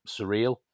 surreal